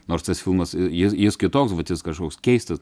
nors tas filmas jis jis kitoks vat jis kažkoks keistas